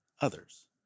others